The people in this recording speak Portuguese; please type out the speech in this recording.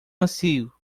macio